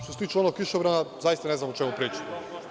Što se tiče onog kišobrana, zaista ne znam o čemu pričate.